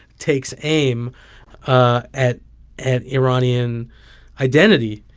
takes aim ah at at iranian identity